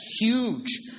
huge